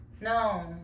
No